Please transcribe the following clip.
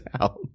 out